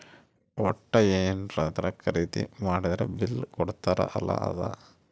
ವಟ್ಟ ಯೆನದ್ರ ಖರೀದಿ ಮಾಡಿದ್ರ ಬಿಲ್ ಕೋಡ್ತಾರ ಅಲ ಅದ